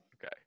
Okay